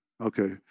Okay